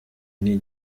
n’i